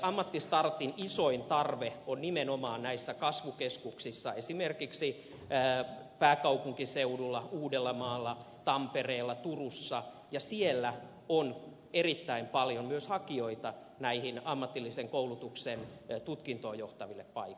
ammattistartin isoin tarve on nimenomaan näissä kasvukeskuksissa esimerkiksi pääkaupunkiseudulla uudellamaalla tampereella turussa ja siellä on erittäin paljon myös hakijoita näihin ammatillisen koulutuksen tutkintoon johtaville paikoille